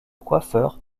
coiffeur